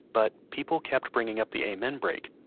but people kept bringing up the amen break